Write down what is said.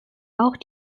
auch